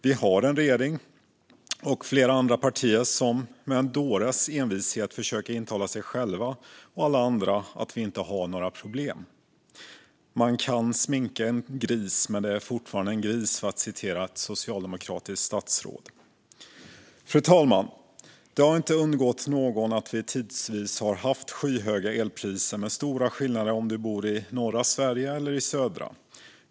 Vi har en regering och flera partier som med en dåres envishet försöker intala sig själva och alla andra att vi inte har några problem. Man kan sminka en gris men det är fortfarande en gris, för att citera ett socialdemokratiskt statsråd. Fru talman! Det har inte undgått någon att vi tidvis haft skyhöga elpriser med stora skillnader beroende på om man bor i norra Sverige eller i södra.